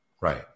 Right